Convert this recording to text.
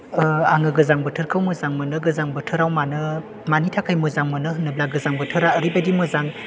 आङो गोजां बोथोरखौ मोजां मोनो गोजां बोथोराव मानो मानि थाखाय मोजां मोनो होनोब्ला गोजां बोथोरा ओरैबायदि मोजां